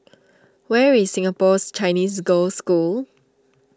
where is Singapore's Chinese Girl School